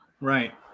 Right